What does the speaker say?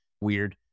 weird